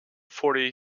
forty